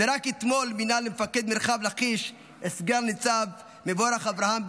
ורק אתמול מינה למפקד מרחב לכיש את סנ"צ מבורך אברהם,